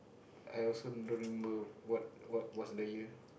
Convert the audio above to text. I also don't remember what what was the yield